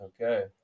Okay